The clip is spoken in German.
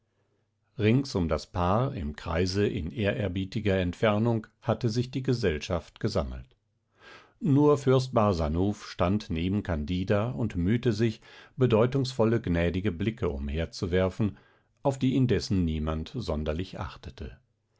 rings um das paar im kreise in ehrerbietiger entfernung hatte sich die gesellschaft gesammelt nur fürst barsanuph stand neben candida und mühte sich bedeutungsvolle gnädige blicke umherzuwerfen auf die indessen niemand sonderlich achtete